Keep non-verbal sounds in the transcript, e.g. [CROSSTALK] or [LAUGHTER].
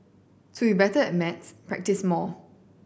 to [UNINTELLIGIBLE] better at maths practise more